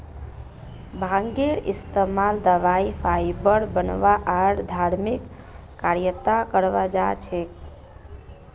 भांगेर इस्तमाल दवाई फाइबर बनव्वा आर धर्मिक कार्यत कराल जा छेक